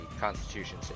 Constitution